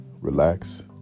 relax